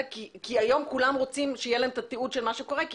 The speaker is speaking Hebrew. היום כולם רוצים שיהיה להם תיעוד של מה שקורה.